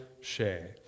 share